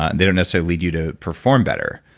and they don't necessarily do to perform better,